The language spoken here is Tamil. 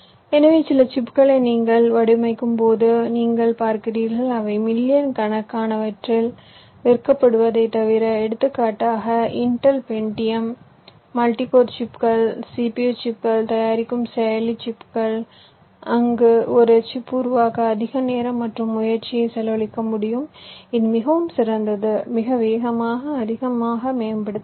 எனவே சில சிப்புகளை நீங்கள் வடிவமைக்கும்போது அவை மில்லியன் கணக்கானவற்றில் விற்கப்படுவதைத் பார்க்கிறீர்கள் எடுத்துக்காட்டாக இன்டெல் பென்டியம்ஸ் மல்டிகோர் சிப்புகள் சிபியு சிப்புகள் தயாரிக்கும் செயலி சிப்புகள் அங்கு ஒரு சிப்பு உருவாக்க அதிக நேரம் மற்றும் முயற்சியைச் செலவழிக்க முடியும் இது மிகவும் சிறந்தது மிக வேகமாக மேம்படுத்துகிறது